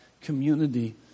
community